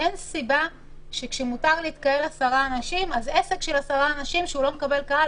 אין סיבה שעסק עם 10 עובדים שלא מקבל קהל,